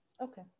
Okay